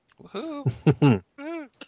woohoo